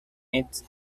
its